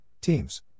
Teams